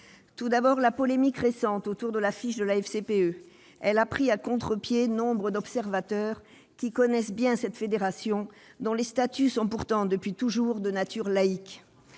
tout d'abord eu la polémique récente autour de l'affiche de la FCPE. Elle a pris à contre-pied nombre d'observateurs qui connaissent bien cette fédération, dont les statuts sont pourtant depuis toujours de nature laïque.